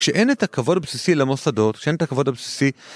כשאין את הכבוד הבסיסי למוסדות, כשאין את הכבוד הבסיסי...